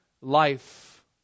life